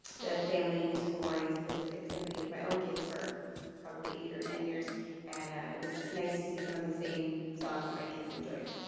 the family musical mornings at the pacific symphony with my own kids for probably eight or ten years and it was nice to see some of the same songs that my kids enjoyed.